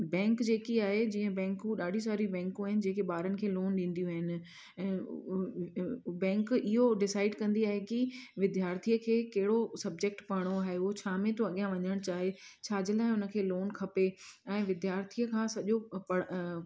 bank जेकी आहे जीअं बैंकू ॾाढियूं सारियूं बैंकू आहिनि जेके ॿारनि खे लोन ॾींदियूं आहिनि ऐं बैंक इहो डिसाइड कंदी आहे की विद्यार्थीअ खे कहिड़ो सब्जेक्ट पढ़िणो आहे उहो छा में थो अॻियां वञणु चाहे छा जे लाइ हुनखे लोन खपे ऐं विद्यार्थीअ खां सॼो पढ़